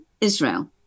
Israel